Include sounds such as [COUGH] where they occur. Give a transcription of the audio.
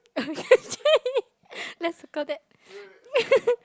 [LAUGHS] okay actually let's circle that